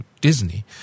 Disney